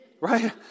right